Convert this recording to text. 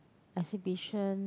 exhibition